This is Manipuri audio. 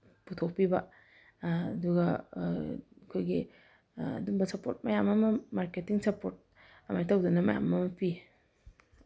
ꯄꯨꯊꯣꯛꯄꯤꯕ ꯑꯗꯨꯒ ꯑꯩꯈꯣꯏꯒꯤ ꯑꯗꯨꯝꯕ ꯁꯞꯄꯣꯔꯠ ꯃꯌꯥꯝ ꯑꯃ ꯃꯥꯔꯀꯦꯠꯇꯤꯡ ꯁꯞꯄꯣꯔꯠ ꯑꯗꯨꯃꯥꯏꯅ ꯇꯧꯗꯅ ꯃꯌꯥꯝ ꯑꯃ ꯄꯤ